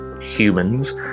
humans